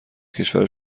کشور